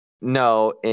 No